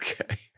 Okay